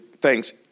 thanks